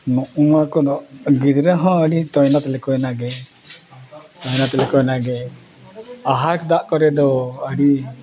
ᱱᱚᱜᱼᱚ ᱱᱚᱣᱟ ᱠᱚᱫᱚ ᱜᱤᱫᱽᱨᱟᱹ ᱦᱚᱸ ᱟᱹᱰᱤ ᱛᱟᱭᱱᱚᱛ ᱞᱮᱠᱚᱱᱟᱝ ᱜᱮ ᱛᱟᱭᱱᱚᱛ ᱞᱮᱠᱟᱱᱟᱜ ᱜᱮ ᱟᱦᱟᱨ ᱫᱟᱜ ᱠᱚᱨᱮ ᱫᱚ ᱟᱹᱰᱤ